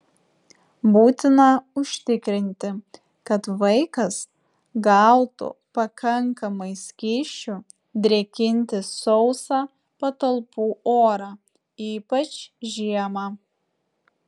būtina užtikrinti kad vaikas gautų pakankamai skysčių drėkinti sausą patalpų orą ypač žiemą